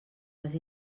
les